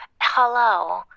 Hello